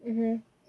mmhmm